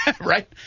Right